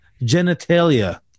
genitalia